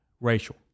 racial